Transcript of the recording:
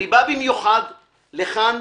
אני בא במיוחד לכאן.